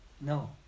No